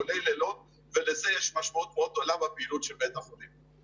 כולל לילות ולזה יש משמעות מאוד גדולה בפעילות של בית החולים.